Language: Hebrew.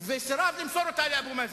וסירב למסור אותה לאבו מאזן.